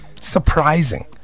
Surprising